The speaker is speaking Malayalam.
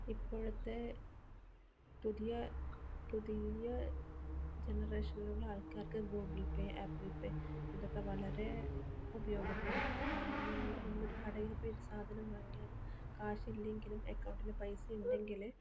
ഇപ്പോഴത്തെ പുതിയ പുതിയ ജനറേഷനിലുള്ള ആൾക്കാർക്ക് ഗൂഗിൾ പേ ഏപ്പിൾ പേ ഇതൊക്കെ വളരെ ഉപയോഗപ്രദമാണ് കാരണം ഞങ്ങൾ നമ്മളൊരു കടയിൽ പോയി സാധനം വാങ്ങിയാലും കാശില്ലെങ്കിലും അക്കൗണ്ടിൽ പൈസ ഉണ്ടെങ്കിൽ